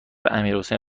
امیرحسین